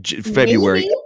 February